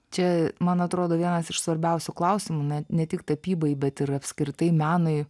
čia man atrodo vienas iš svarbiausių klausimų ne ne tik tapybai bet ir apskritai menui